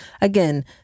again